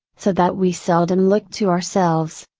so that we seldom look to ourselves,